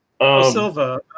Silva